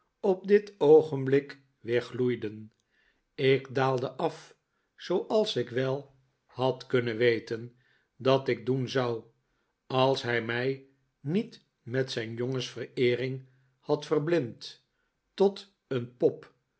op dit oogenblik weer gloeiden ik daalde af zooals ik wel had kunnen weten dat ik doen zou als hij mij niet met zijn jongensvereering had verblind tot een pop